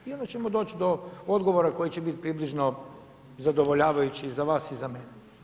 I onda ćemo doći do odgovora koji će biti približno zadovoljavajući i za vas i za mene.